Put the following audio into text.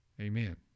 Amen